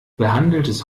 behandeltes